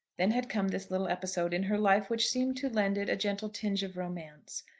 then had come this little episode in her life which seemed to lend it a gentle tinge of romance.